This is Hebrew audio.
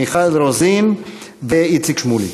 מיכל רוזין ואיציק שמולי.